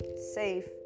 safe